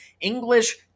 English